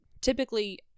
typically